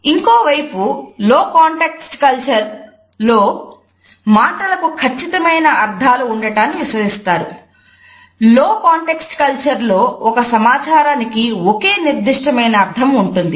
ఇంకొకవైపు లో context culture లో ఒక సమాచారానికి ఓకే నిర్దిష్టమైన అర్థం ఉంటుంది